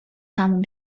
تموم